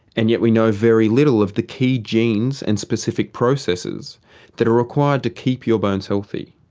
and yet we know very little of the key genes and specific processes that are required to keep your bones healthy.